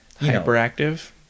Hyperactive